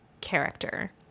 character